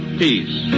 peace